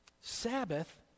Sabbath